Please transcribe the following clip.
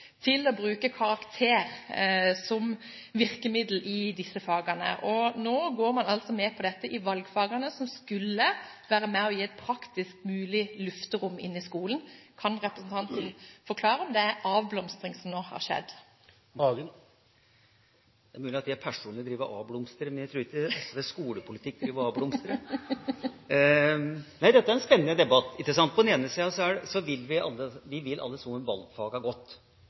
til å bruke karakterer som virkemiddel. Nå går man altså med på dette for valgfagene, som skulle være med og gi et praktisk «lufterom» i skolen. Kan representanten forklare om det er en avblomstring som nå har skjedd? Det er mulig at jeg personlig avblomstrer, men jeg tror ikke at SVs skolepolitikk avblomstrer! Dette er en spennende debatt, ikke sant? På den ene sida vil vi alle